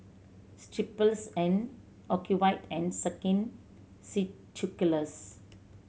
Strepsils and Ocuvite and Skin Ceuticals